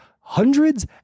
hundreds